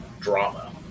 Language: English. drama